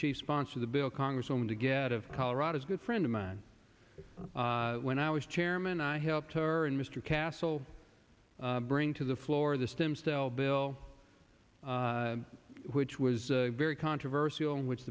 chief sponsor the bill congresswoman de gette of colorado is good friend of mine when i was chairman i helped her and mr castle bring to the floor the stem cell bill which was very controversial in which